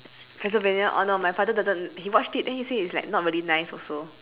transylvania oh no my father doesn't he watched it then he say it's like not really nice also